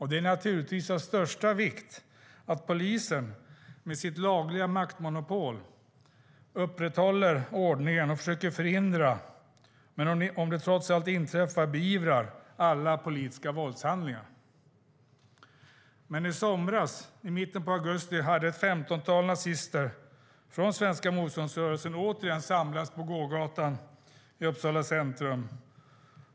Det är naturligtvis av största vikt att polisen, med sitt lagliga maktmonopol, upprätthåller ordningen och försöker förhindra politiska våldshandlingar och att polisen, om de trots allt inträffar, beivrar dem. Men i somras, i mitten av augusti, hade ett femtontal nazister från Svenska motståndsrörelsen återigen samlats på gågatan i Uppsala centrum.